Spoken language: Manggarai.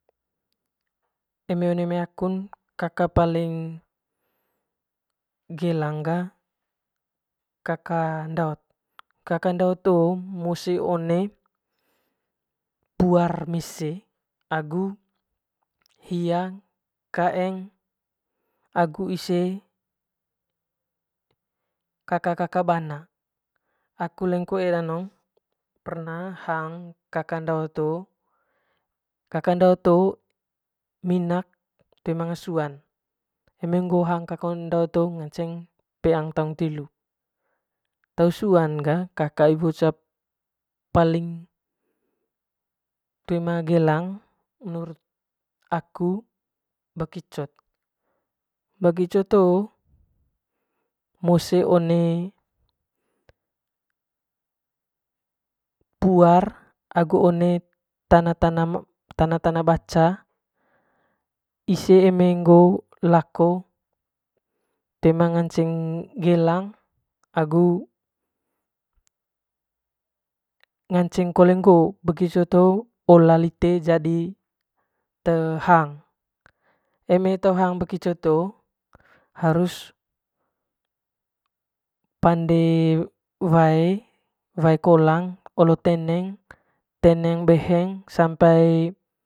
Eme one mai kaun kaka paling gelang ga kak ndot, kaka ndot hoo lala ndoot hoo mose one puar mese agu hia kaeng agu ise kaka kaka bana aku leng koe danong perna hang kaka ndaot hoo kaka ndaot hoo danong minak toe manga suan eme hang kaka ndaot ho ngaceng peang taung tilu te suan ga kat hot ca paling menurut aku ga bekicot bekicot hoo mose one puar akgu one tana tana baca ise eme ngoo lako toe ma ngance gelang agu ngaceng kole ngoo bekicot hoo ola lite jadi te hang eme te hang bekicot ho harus olo teneng teneneg beheng sampai.